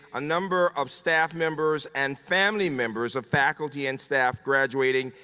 a number of staff members and family members of faculty and staff graduating.